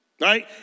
right